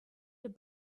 good